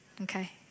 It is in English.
Okay